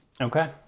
Okay